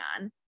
on